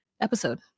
episode